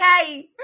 Okay